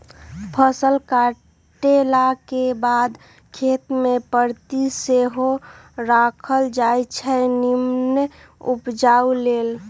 फसल काटलाके बाद खेत कें परति सेहो राखल जाई छै निम्मन उपजा लेल